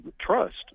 trust